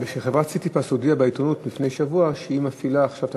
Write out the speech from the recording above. חברת "סיטיפס" הודיעה בעיתונות לפני שבוע שהיא מפעילה עכשיו את